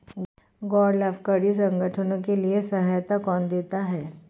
गैर लाभकारी संगठनों के लिए सहायता कौन देता है?